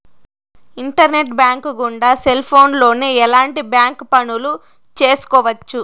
internet bank గుండా cell ఫోన్లోనే ఎలాంటి బ్యాంక్ పనులు చేసుకోవచ్చు